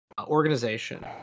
organization